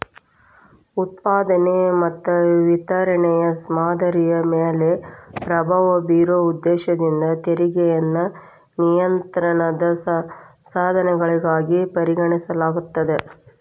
ಉತ್ಪಾದನೆ ಮತ್ತ ವಿತರಣೆಯ ಮಾದರಿಯ ಮ್ಯಾಲೆ ಪ್ರಭಾವ ಬೇರೊ ಉದ್ದೇಶದಿಂದ ತೆರಿಗೆಗಳನ್ನ ನಿಯಂತ್ರಣದ ಸಾಧನಗಳಾಗಿ ಪರಿಗಣಿಸಲಾಗ್ತದ